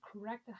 correct